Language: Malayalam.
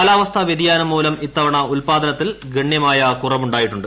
കാലാവസ്ഥാ വ്യതിയാനം മൂലം ഇത്തവണ ഉൽപ്പാദനത്തിൽ ഗണ്യമായ കുറവുണ്ടായിട്ടുണ്ട്